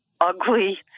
ugly